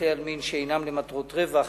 בתי-עלמין שאינם למטרות רווח.